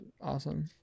awesome